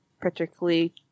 particularly